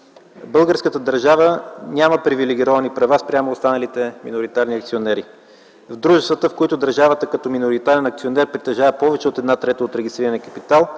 българската държава няма привилегировани права спрямо останалите миноритарни акционери. В дружествата, в които държавата като миноритарен акционер притежава повече от една трета от регистрирания капитал,